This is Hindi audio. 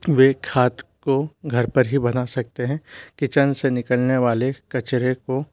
वे खात को घर पर ही बना सकते हैं किचन से निकलने वाले कचरे को